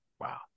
wow